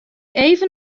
even